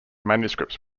manuscripts